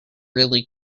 really